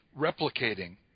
replicating